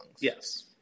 Yes